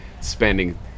spending